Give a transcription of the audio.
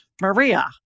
Maria